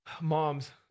Moms